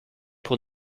pour